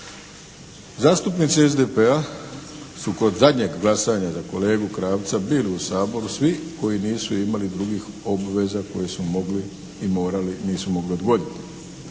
Zastupnici SDP-a su kod zadnjeg glasanja za kolegu Krapca bili u Saboru svi koji nisu imali drugih obveza koje su mogli i morali, nisu mogli odgoditi.